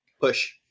push